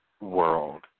world